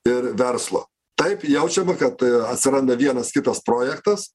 ir verslo taip jaučiama kad atsiranda vienas kitas projektas